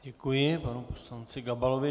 Děkuji, panu poslanci Gabalovi.